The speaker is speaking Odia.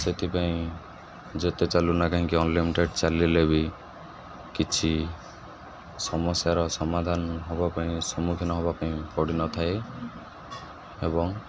ସେଥିପାଇଁ ଯେତେ ଚାଲୁ ନା କାହିଁକି ଅନଲିମିଟେଡ଼ ଚାଲିଲେ ବି କିଛି ସମସ୍ୟାର ସମାଧାନ ହବା ପାଇଁ ସମ୍ମୁଖୀନ ହବା ପାଇଁ ପଡ଼ିନଥାଏ ଏବଂ